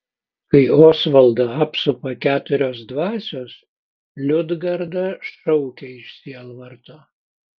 kai osvaldą apsupa keturios dvasios liudgarda šaukia iš sielvarto